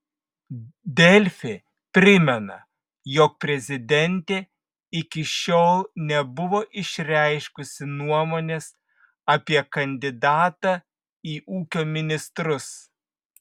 delfi primena jog prezidentė iki šiol nebuvo išreiškusi nuomonės apie kandidatą į ūkio ministrus